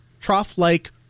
trough-like